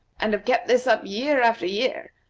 and have kept this up year after year,